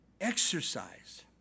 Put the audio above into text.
exercise